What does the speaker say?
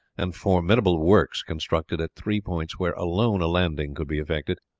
and formidable works constructed at three points where alone a landing could be effected.